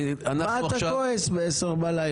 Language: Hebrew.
מה אתה כועס ב-22:00 בלילה?